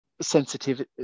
sensitive